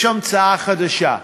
יש המצאה חדשה,